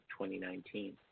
2019